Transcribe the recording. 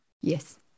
Yes